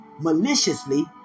maliciously